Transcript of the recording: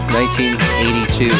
1982